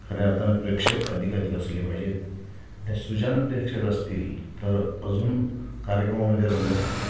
खऱ्या अर्थानं प्रेक्षक अधिकाधिक असले पाहिजेत ते सुजाण प्रेक्षक असतील तर अजून कार्यक्रमामध्ये रंगत येते